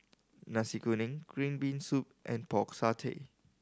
Nasi Kuning green bean soup and Pork Satay